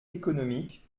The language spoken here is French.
économique